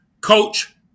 coach